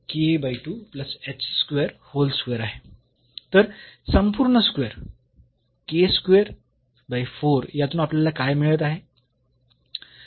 तर संपूर्ण स्क्वेअर यातून आपल्याला काय मिळत आहे